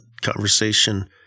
conversation